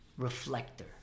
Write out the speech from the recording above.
reflector